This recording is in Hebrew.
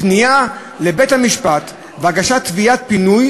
פנייה לבית-המשפט והגשת תביעת פינוי.